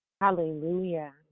Hallelujah